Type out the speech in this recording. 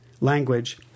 language